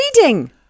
Reading